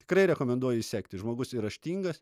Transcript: tikrai rekomenduoju sekti žmogus ir raštingas